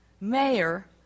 mayor